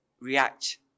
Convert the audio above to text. react